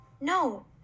No